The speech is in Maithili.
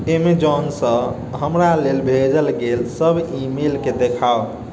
ऐमेज़ॉनसँ हमरा लेल भेजल गेल सब ईमेलके देखाउ